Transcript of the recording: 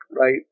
right